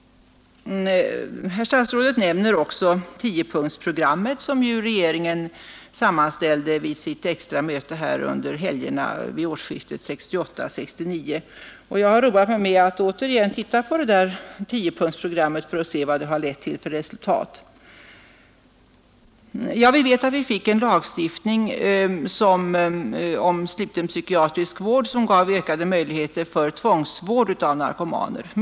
Herr statsrådet nämner också tiopunktsprogrammet, som regeringen sammanställde vid sitt extra möte vid årsskiftet 1968—1969. Jag har roat mig med att återigen titta på det för att se vad det lett till för resultat. Vi vet att vi fick en lagstiftning om sluten psykiatrisk vård som gav ökade möjligheter för tvångsvård av narkomaner.